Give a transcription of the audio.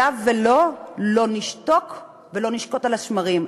היה ולא, לא נשתוק ולא נשקוט על השמרים.